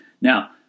Now